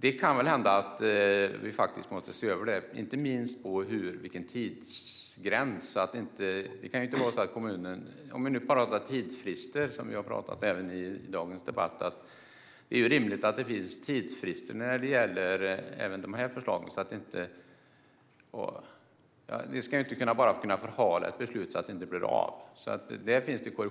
Det kan alltså hända att vi faktiskt måste se över detta, inte minst när det gäller vilken tidsgräns som ska gälla. Vi har även i dagens debatt talat om tidsfrister, och det är rimligt att det finns tidsfrister när det gäller även dessa förslag. Man ska alltså inte bara kunna förhala ett beslut så att det inte blir av. Där finns det alltså